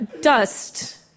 dust